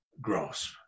grasp